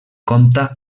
compta